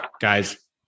guys